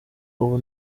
ubu